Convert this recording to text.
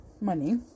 Money